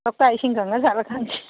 ꯂꯣꯛꯇꯥꯛ ꯏꯁꯤꯡ ꯀꯪꯉꯖꯥꯠꯂ ꯈꯪꯗꯦ